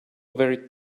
very